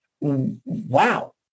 Wow